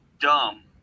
dumb